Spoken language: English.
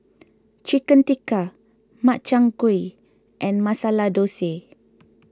Chicken Tikka Makchang Gui and Masala Dosa